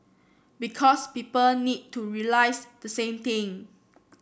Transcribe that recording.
because people need to realise the same thing